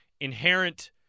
inherent